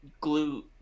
glue